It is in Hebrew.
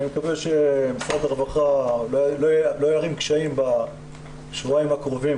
אני מקווה שמשרד הרווחה לא יערים קשיים בשבועיים הקרובים,